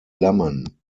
lemon